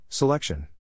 Selection